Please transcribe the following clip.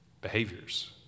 Behaviors